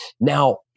Now